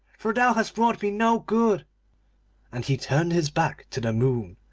for thou hast wrought me no good and he turned his back to the moon,